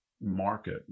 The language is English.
market